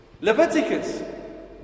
Leviticus